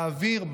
באוויר,